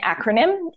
acronym